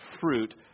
fruit